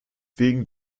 wegen